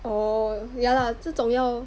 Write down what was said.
oh ya lah 这这种要